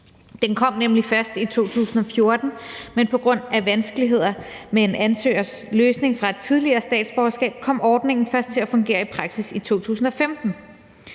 Den kom nemlig først i 2014, men på grund af vanskeligheder med en ansøgers løsning fra et tidligere statsborgerskab kom ordningen først til at fungere i praksis i 2015.